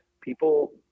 people